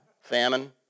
Famine